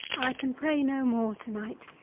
i can pray no more to-night.